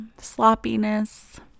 sloppiness